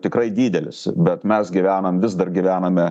tikrai didelis bet mes gyvenam vis dar gyvename